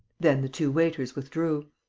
then the two waiters withdrew.